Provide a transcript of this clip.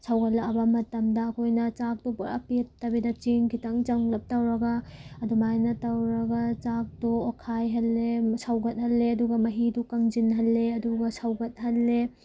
ꯁꯧꯒꯠꯂꯛꯂꯕ ꯃꯇꯝꯗ ꯑꯩꯈꯣꯏꯅ ꯆꯥꯛꯇꯣ ꯄꯨꯔꯥ ꯄꯦꯠꯇꯕꯤꯗ ꯆꯦꯡ ꯈꯤꯇꯪ ꯆꯪꯂꯞ ꯇꯧꯔꯒ ꯑꯗꯨꯃꯥꯏꯅ ꯇꯧꯔꯒ ꯆꯥꯛꯇꯣ ꯑꯣꯠꯈꯥꯏꯍꯜꯂꯦ ꯁꯧꯒꯠꯍꯜꯂꯦ ꯑꯗꯨꯒ ꯃꯍꯤꯗꯣ ꯀꯪꯁꯤꯜꯍꯜꯂꯦ ꯑꯗꯨꯒ ꯁꯧꯒꯠꯍꯜꯂꯦ